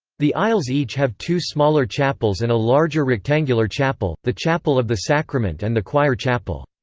the aisles each have two smaller chapels and a larger rectangular chapel, the chapel of the sacrament and the choir chapel.